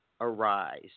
Arise